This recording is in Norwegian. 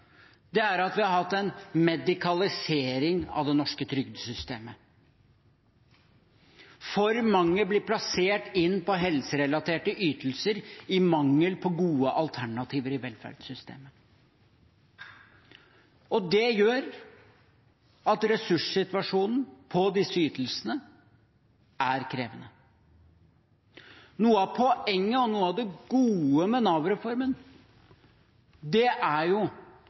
er at vi har hatt en medikalisering av det norske trygdesystemet. For mange blir plassert inn på helserelaterte ytelser i mangel på gode alternativer i velferdssystemet. Det gjør at ressurssituasjonen når det gjelder disse ytelsene, er krevende. Noe av poenget og noe av det gode med Nav-reformen er det